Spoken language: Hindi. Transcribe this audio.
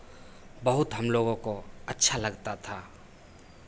बहुत हम लोगों को अच्छा लगता था